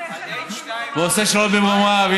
ו"העושה שלום במרומיו".